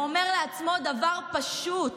ואומר לעצמו דבר פשוט: